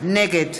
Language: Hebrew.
נגד